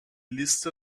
liste